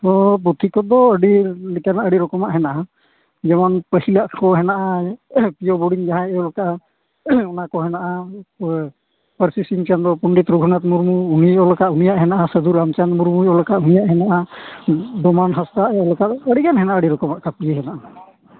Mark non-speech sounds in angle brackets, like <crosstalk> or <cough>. ᱯᱩᱛᱷᱤᱠᱚᱫᱚ ᱟᱹᱰᱤ ᱞᱮᱠᱟᱱᱟᱜ ᱟᱹᱰᱤ ᱨᱚᱠᱚᱢᱟᱜ ᱦᱮᱱᱟᱜᱼᱟ ᱡᱮᱢᱚᱱ ᱯᱟᱹᱦᱤᱞᱟᱜᱠᱚ ᱦᱮᱱᱟᱜᱼᱟ ᱯᱤ ᱳ ᱵᱳᱰᱤᱝ ᱡᱟᱦᱟᱸᱭ ᱚᱞ ᱟᱠᱟᱫᱟ ᱚᱱᱟᱠᱚ ᱦᱮᱱᱟᱜᱼᱟ ᱯᱟᱹᱨᱥᱤ ᱥᱤᱧᱪᱟᱸᱫᱳ ᱯᱚᱸᱰᱮᱛ ᱨᱚᱜᱷᱩᱱᱟᱛᱷ ᱢᱩᱨᱢᱩ ᱩᱱᱤᱭ ᱚᱞ ᱟᱠᱟᱫ ᱩᱱᱤᱭᱟᱜ ᱦᱮᱱᱟᱜᱼᱟ ᱥᱟᱹᱫᱷ ᱨᱟᱢᱪᱟᱸᱫᱽ ᱢᱩᱨᱢᱩᱭ ᱚᱞ ᱟᱠᱟᱫ ᱩᱱᱤᱭᱟᱜ ᱦᱮᱱᱟᱜᱼᱟ ᱰᱚᱢᱟᱱ ᱦᱟᱸᱥᱫᱟᱭ ᱚᱞ ᱟᱠᱟᱫ ᱟᱹᱰᱤᱜᱟᱱ ᱦᱮᱱᱟᱜᱼᱟ ᱟᱹᱰᱤ ᱞᱮᱠᱟᱱᱟᱜ ᱟᱹᱰᱤ ᱨᱚᱠᱚᱢᱟᱜ <unintelligible> ᱦᱮᱱᱟᱜᱼᱟ